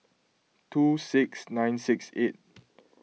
two six nine six eight